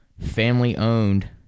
family-owned